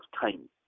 time